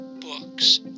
books